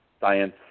science